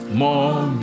more